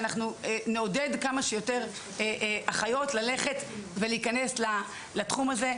אנחנו נעודד כמה שיותר אחיות ללכת ולהיכנס לתחום הזה,